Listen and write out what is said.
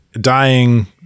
dying